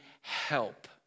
help